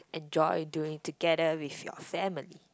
enjoy doing together with your family